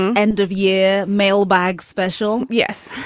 and end of year mailbag special. yes.